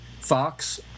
Fox